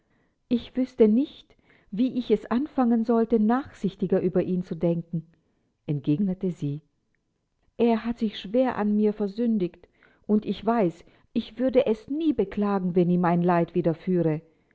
ich wüßte nicht wie ich es anfangen sollte nachsichtiger über ihn zu denken entgegnete sie er hat sich schwer an mir versündigt und ich weiß ich würde es nie beklagen wenn ihm ein leid